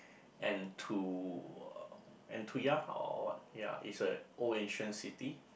and to uh Antuya or what ya it's a old ancient city